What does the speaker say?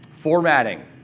Formatting